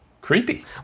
Creepy